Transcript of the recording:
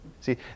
See